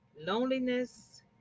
loneliness